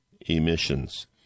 emissions